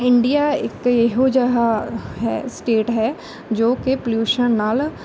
India ਇੱਕ ਇਹੋ ਜਿਹਾ ਹੈ ਸਟੇਟ ਹੈ ਜੋ ਕਿ ਪੋਲਿਊਸ਼ਨ ਨਾਲ